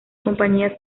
compañías